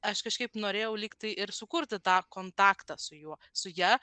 aš kažkaip norėjau lyg tai ir sukurti tą kontaktą su juo su ja